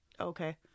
Okay